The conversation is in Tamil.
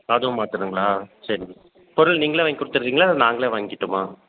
அதுவும் மாற்றணுங்களா சரிங்க பொருள் நீங்களே வாங்கி கொடுத்துட்றிங்களா இல்லை நாங்களே வாங்கிக்கிட்டுமா